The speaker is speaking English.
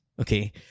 okay